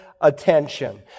attention